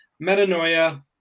Metanoia